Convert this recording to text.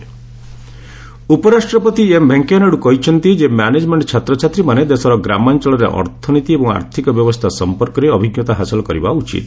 VP management education ଉପରାଷ୍ଟ୍ରପତି M Venkaiah Naidu କହିଛନ୍ତି ଯେ ମ୍ୟାନେଜ୍ମେଣ୍ଟ୍ ଛାତ୍ରଛାତ୍ରୀମାନେ ଦେଶର ଗ୍ରାମାଞ୍ଚଳରେ ଅର୍ଥନୀତି ଏବଂ ଆର୍ଥିକ ବ୍ୟବସ୍ଥା ସଂପର୍କରେ ଅଭିଜ୍ଞତା ହାସଲ କରିବା ଉଚିତ